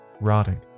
rotting